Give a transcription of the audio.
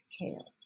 kale